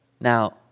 Now